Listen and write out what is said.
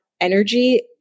energy